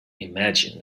imagine